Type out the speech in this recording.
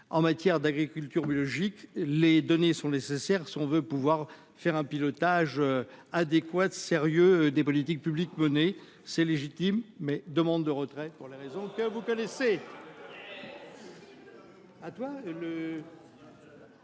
en matière d'agriculture biologique, les données sont nécessaires si on veut pouvoir faire un pilotage adéquate sérieux des politiques publiques menées c'est légitime mais demande de retraite pour les raisons que vous pouvez